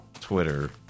Twitter